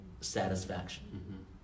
satisfaction